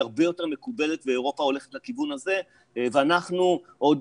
הרבה יותר מקובלת ואירופה הולכת לכיוון הזה ואנחנו עוד